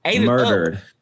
Murdered